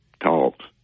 talks